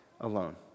alone